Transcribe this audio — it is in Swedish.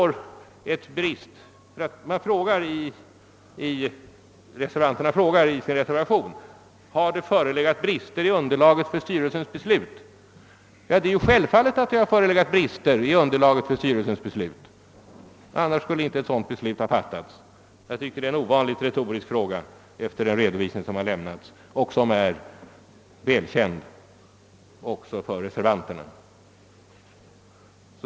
Reservanterna frågar om det förelegat brister i underlaget för styrelsens beslut. Ja, självfallet har det förelegat sådana brister — annars skulle beslut av denna art inte ha fattats. Jag tycker att det är en ovanligt retorisk fråga efter den redovisning som lämnats och som är välkänd även för reservanterna.